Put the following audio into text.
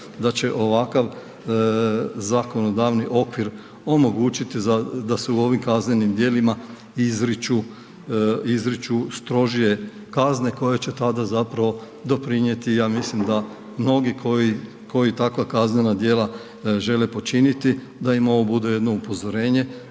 da će ovakav zakonodavni okvir omogućiti da se u ovim kaznenim djelima izriču strožije kazne koje će tada zapravo doprinijeti, ja mislim da mnogi koji takva kaznena djela žele počiniti, da im ovo bude jedno upozorenje